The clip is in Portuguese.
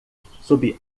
sob